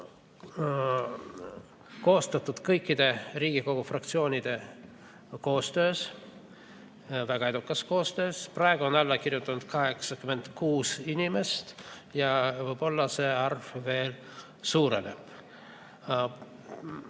koostatud kõikide Riigikogu fraktsioonide koostöös, väga edukas koostöös. Praegu on alla kirjutanud 86 inimest ja võib-olla see arv veel suureneb.